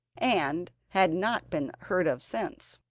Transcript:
and had not been heard of since.